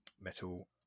metal